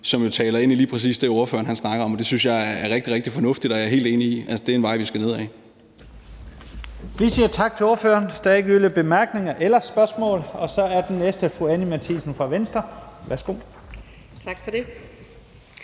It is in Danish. som taler ind i lige præcis det, ordføreren snakker om. Det synes jeg er rigtig, rigtig fornuftigt, og jeg er helt enig i, at det er en vej, vi skal ned ad. Kl. 14:52 Første næstformand (Leif Lahn Jensen): Vi siger tak til ordføreren. Der er ikke yderligere korte bemærkninger eller spørgsmål. Så er den næste fru Anni Matthiesen fra Venstre. Værsgo. Kl.